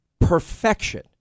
perfection